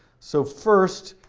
so first,